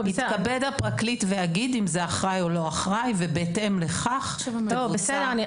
יתכבד הפרקליט ויגיד אם זה אחראי או לא אחראי ובהתאם לכך תבוצע ההזנה.